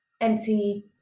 empty